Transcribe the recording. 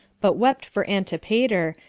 but wept for antipater,